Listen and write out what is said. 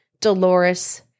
Dolores